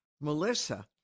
Melissa